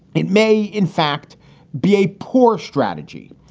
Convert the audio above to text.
it may in fact be a poor strategy.